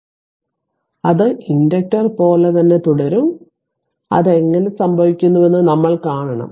അതിനാൽ അത് ഇൻഡക്റ്റർ പോലെ തന്നെ തുടരും അതിനാൽ അത് എങ്ങനെ സംഭവിക്കുന്നുവെന്ന് നമ്മൾ കാണണം